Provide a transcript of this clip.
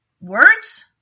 Words